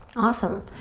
awesome.